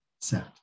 set